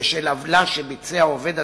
בשל עוולה שביצע עובד הציבור,